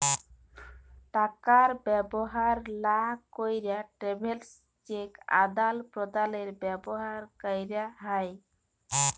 টাকা ব্যবহার লা ক্যেরে ট্রাভেলার্স চেক আদাল প্রদালে ব্যবহার ক্যেরে হ্যয়